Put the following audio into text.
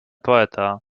poeta